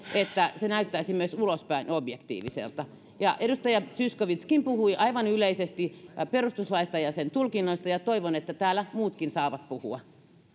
että se näyttäisi myös ulospäin objektiiviselta edustaja zyskowiczkin puhui aivan yleisesti perustuslaista ja sen tulkinnasta ja toivon että täällä muutkin saavat puhua